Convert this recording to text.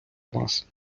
вас